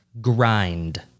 grind